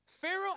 Pharaoh